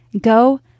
go